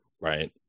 right